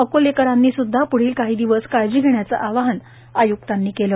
अकोलेकरांनी स्दृधा प्ढील काही दिवस काळजी घेण्याचे आवाहन आय्क्तांनी केले